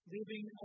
Living